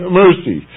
mercy